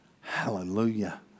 hallelujah